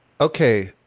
Okay